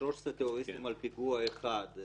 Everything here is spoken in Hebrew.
לשלושת הטרוריסטים על פיגוע אחד,